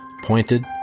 pointed